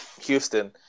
Houston